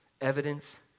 Evidence